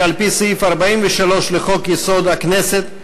שעל-פי סעיף 43 לחוק-יסוד: הכנסת,